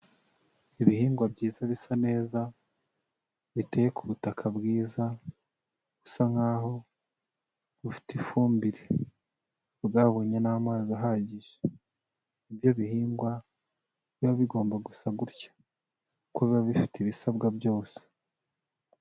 Ibihingwa byiza bisa neza, biteye ku butaka bwiza, busa nkaho bufite ifumbire, bwabonye n'amazi ahagije, ibyo bihingwa biba bigomba gusa gutya, kuko biba bifite ibisabwa byose.